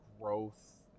growth